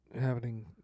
happening